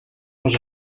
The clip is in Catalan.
les